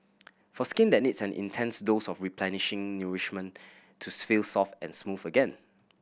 for skin that needs an intense dose of replenishing nourishment to feel soft and smooth again